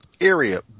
area